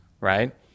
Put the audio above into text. right